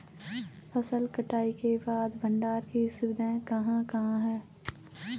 फसल कटाई के बाद भंडारण की सुविधाएं कहाँ कहाँ हैं?